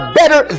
better